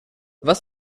was